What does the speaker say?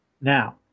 Now